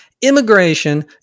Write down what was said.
immigration